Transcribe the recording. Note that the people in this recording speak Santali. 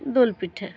ᱫᱩᱞ ᱯᱤᱴᱷᱟᱹ